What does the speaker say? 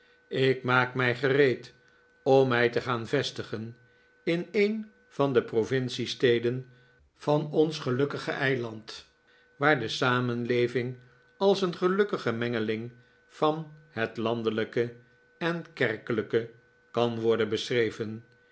ik maak mij gereed om mij te gaan vestigen in een van de provinciesteden van ons gelukkige eiland waar de samenleving als een gelukkige mengeling van het landelijke en kerkelijke kan worden beschreven